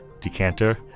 decanter